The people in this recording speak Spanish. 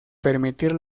permitir